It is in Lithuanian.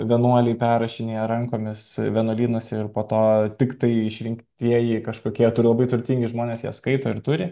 vienuoliai perrašinėję rankomis vienuolynuose ir po to tiktai išrinktieji kažkokie turbūt turtingi žmonės jas skaito ir turi